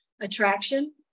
attraction